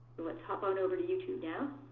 let's hop on over to youtube now,